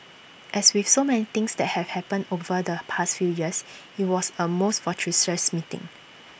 as with so many things that have happened over the past few years IT was A most fortuitous meeting